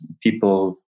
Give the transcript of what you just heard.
people